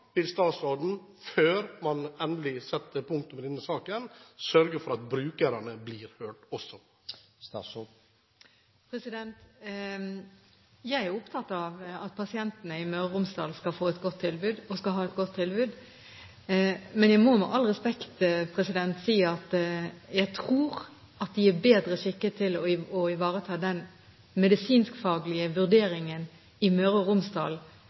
Vil statsråden før man endelig setter punktum i denne saken, sørge for at også brukerne blir hørt? Jeg er opptatt av at pasientene i Møre og Romsdal skal ha et godt tilbud. Men jeg må med all respekt si at jeg tror de er bedre skikket til å ivareta den medisinskfaglige vurderingen i Møre og Romsdal